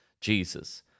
Jesus